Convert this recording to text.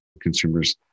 consumers